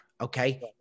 Okay